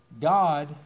God